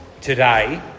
today